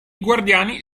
guardiani